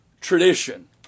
tradition